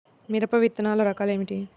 మిరప విత్తనాల రకాలు ఏమిటి?